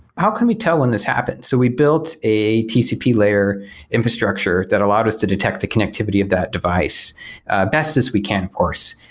how can we tell when this happens? so we built a tcp layer infrastructure that allowed us to detect the connectivity of that device best as we can, of course.